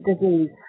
disease